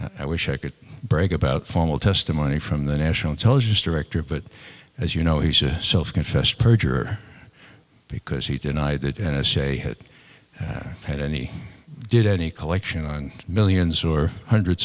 i wish i could brag about formal testimony from the national intelligence director but as you know he said self confessed perjurer because he denied that essay it had any did any collection on millions or hundreds